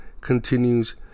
continues